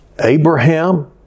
Abraham